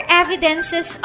evidences